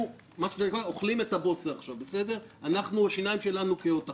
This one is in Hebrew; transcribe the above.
אנחנו אוכלים את הבוסר עכשיו, שינינו קהות עכשיו.